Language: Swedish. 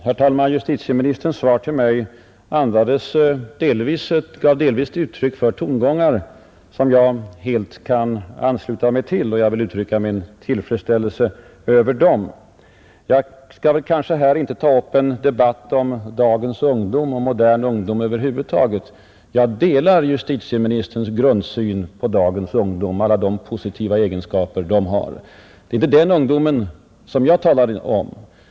Herr talman! Justitieministerns svar till mig gav delvis uttryck för tongångar som jag helt kan ansluta mig till, och jag vill uttala min tillfredsställelse över dem. Jag skall inte här ta upp en debatt om dagens ungdom och modern ungdom över huvud taget. Jag delar justitieministerns grundsyn i det hänseendet och i fråga om de positiva egenskaper ungdomen av i dag företräder.